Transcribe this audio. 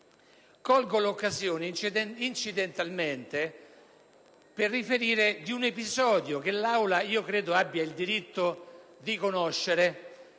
colgo l'occasione, incidentalmente, per riferire un episodio che credo l'Aula abbia il diritto di conoscere,